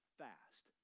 fast